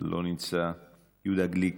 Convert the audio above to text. לא נמצא, יהודה גליק,